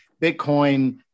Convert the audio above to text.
Bitcoin